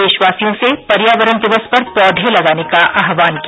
देशवासियों से पर्यावरण दिवस पर पौधे लगाने का आह्वान किया